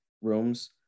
rooms